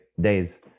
days